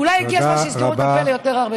אולי הגיע הזמן שיסגרו לו את הפה ליותר שעות.